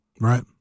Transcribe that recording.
Right